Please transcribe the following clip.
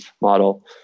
model